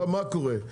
מה קורה?